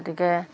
গতিকে